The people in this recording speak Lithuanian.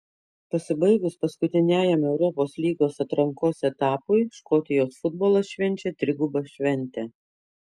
pasibaigus paskutiniajam europos lygos atrankos etapui škotijos futbolas švenčia trigubą šventę